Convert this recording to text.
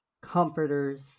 comforters